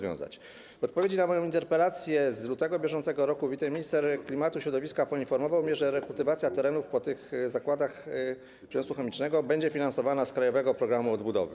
W odpowiedzi na moją interpelację z lutego br. wiceminister klimatu i środowiska poinformował mnie, że rekultywacja terenów po tych zakładach przemysłu chemicznego będzie finansowana z Krajowego Planu Odbudowy.